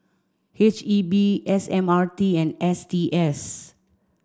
H E B S M R T and S T S